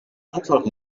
einfach